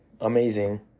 amazing